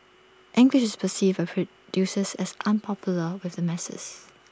English is perceived by producers as unpopular with the masses